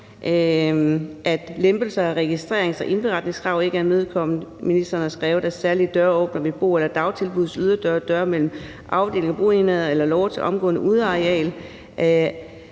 at lempelser af registrerings- og indberetningskrav ikke er imødekommet. Ministeren har også nævnt særlige døråbnere ved bo- eller dagtilbuddets yderdøre, døre mellem afdelinger, boenheder eller låger til omgivende udeareal,